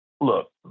look